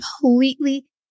completely